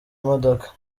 imodoka